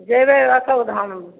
जेबै अशोक धाम